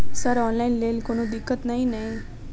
Sir online लैल कोनो दिक्कत न ई नै?